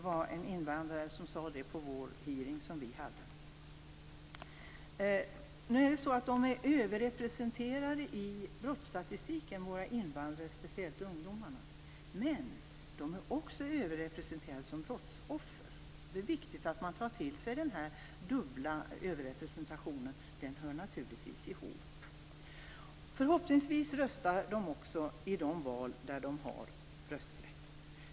Våra invandrare, speciellt ungdomarna, är överrepresenterade i brottsstatistiken, men de är också överrepresenterade som brottsoffer. Det är viktigt att man tar till sig denna dubbla överrepresentation. Här finns naturligtvis ett samband. Förhoppningsvis röstar invandrarna också vid de val där de har rösträtt.